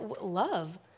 love